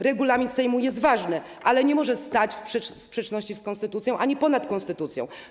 Regulamin Sejmu jest ważny, ale nie może stać w sprzeczności z konstytucją ani ponad konstytucją.